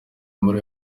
muri